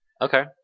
Okay